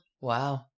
Wow